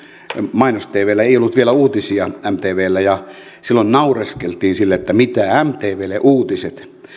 mainos tvllä ei ollut vielä uutisia mtvllä ja silloin naureskeltiin sille että mitä mtvlle uutiset